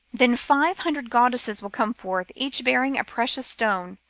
then five hundred goddesses will come forth, each bearing a precious stone,